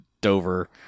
dover